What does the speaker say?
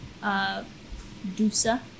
Dusa